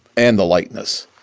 and the lightness,